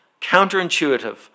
counterintuitive